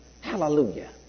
Hallelujah